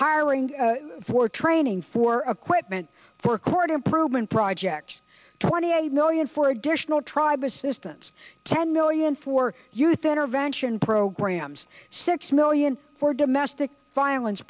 hiring for training for a quitman for court improvement project twenty i know and for additional tribe assistance ten million for youth intervention programs six million for domestic violence